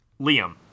Liam